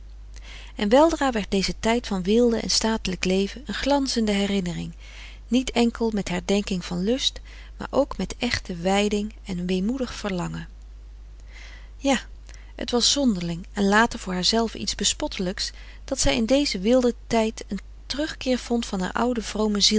en weldra werd deze tijd van weelde en statelijk leven een glanzende herinnering niet enkel met herdenking van lust maar ook met echte wijding en weemoedig verlangen frederik van eeden van de koele meren des doods ja het was zonderling en later voor haar zelve iets bespottelijks dat zij in dezen weelde tijd een terugkeer vond van haar oude vrome